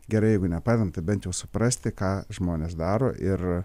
gerai jeigu nepadedam tai bent jau suprasti ką žmonės daro ir